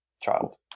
child